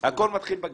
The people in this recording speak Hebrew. הכול מתחיל בגן,